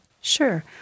Sure